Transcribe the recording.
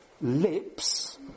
lips